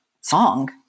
song